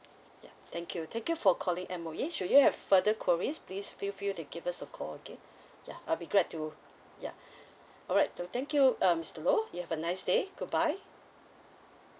ya thank you thank you for calling M_O_E should you have further queries please feel free to give us a call again ya I'll be glad to yeah alright thank you mister low you have a nice day good bye